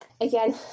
Again